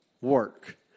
Work